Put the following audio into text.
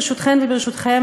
ברשותכן וברשותכם,